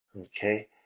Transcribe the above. Okay